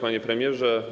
Panie Premierze!